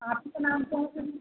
आप ही के नाम से है सिम